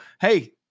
hey